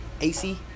AC